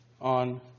on